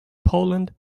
poland